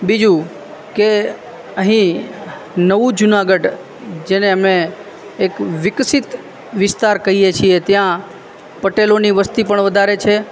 બીજું કે અહીં નવું જુનાગઢ જેને અમે એક વિકસિત વિસ્તાર કહીએ છીએ ત્યાં પટેલોની વસ્તી પણ વધારે છે